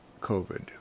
COVID